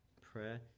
Prayer